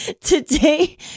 Today